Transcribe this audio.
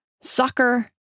soccer